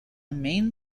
main